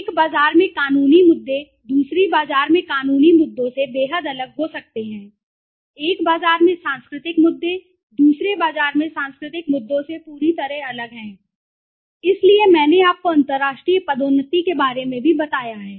एक बाजार में कानूनी मुद्दे दूसरे बाजार में कानूनी मुद्दों से बेहद अलग हो सकते हैं एक बाजार में सांस्कृतिक मुद्दे दूसरे बाजार के सांस्कृतिक मुद्दों से पूरी तरह अलग हैं इसलिए मैंने आपको अंतर्राष्ट्रीय पदोन्नति के बारे में भी बताया है